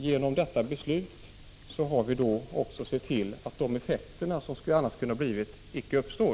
Genom detta beslut ser vi till att de effekter som annars kunde uppträda icke uppstår.